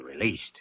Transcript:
released